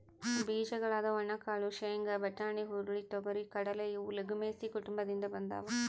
ಬೀಜಗಳಾದ ಒಣಕಾಳು ಶೇಂಗಾ, ಬಟಾಣಿ, ಹುರುಳಿ, ತೊಗರಿ,, ಕಡಲೆ ಇವು ಲೆಗುಮಿಲೇಸಿ ಕುಟುಂಬದಿಂದ ಬಂದಾವ